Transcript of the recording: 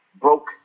broke